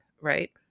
right